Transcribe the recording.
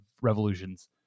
Revolutions